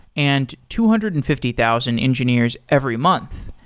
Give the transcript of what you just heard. and two hundred and fifty thousand engineers every month.